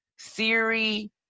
theory